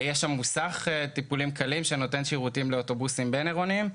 יש שם מוסך טיפולים קלים שנותן שירותים לאוטובוסים ביו-עירוניים.